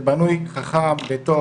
זה בנוי חכם וטוב,